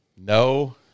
No